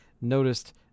noticed